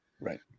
right